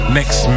next